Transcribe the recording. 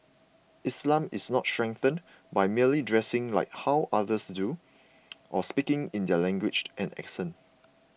Islam is not strengthened by merely dressing like how others do or speaking in their language and accent